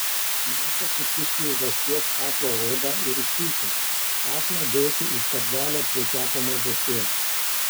masę sukišti į žąsies kaklo odą ir užsiūti kaklą dėti į skardelę prie kepamos žąsies